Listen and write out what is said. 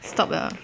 stop 了